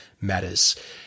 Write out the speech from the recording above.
matters